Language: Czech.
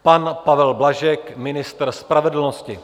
Pan Pavel Blažek, ministr spravedlnosti.